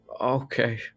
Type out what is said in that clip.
okay